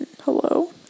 Hello